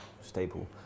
staple